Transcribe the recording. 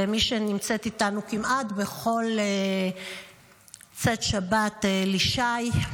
ומי שנמצאת איתנו כמעט בכל צאת שבת, לישי,